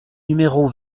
numéro